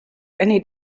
any